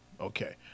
Okay